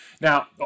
Now